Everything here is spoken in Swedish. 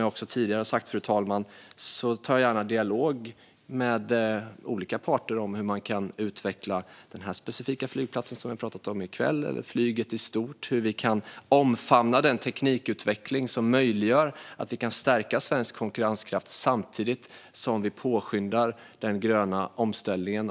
Jag tar dock som sagt gärna en dialog med olika parter om hur man kan utveckla både den specifika flygplats som vi har pratat om i kväll och flyget i stort, hur vi kan omfamna och med politiska beslut möjliggöra den teknikutveckling som gör att vi kan stärka svensk konkurrenskraft samtidigt som vi påskyndar den gröna omställningen.